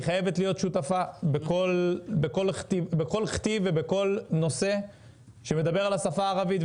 היא חייבת להיות שותפה בכל כתיב ובכל נושא שמדבר על השפה הערבית.